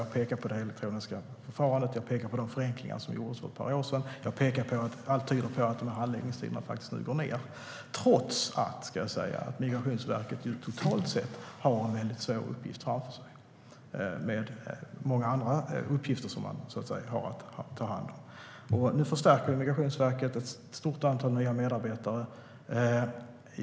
Jag har pekat på det elektroniska förfarandet, på de förenklingar som gjordes för ett par år sedan och på att allt tyder på att handläggningstiderna nu faktiskt går ned - trots att, ska jag säga, Migrationsverket ju totalt sett har en väldigt svår uppgift framför sig. Man har många andra uppgifter att ta hand om. Nu förstärker Migrationsverket med ett stort antal nya medarbetare.